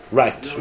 right